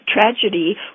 tragedy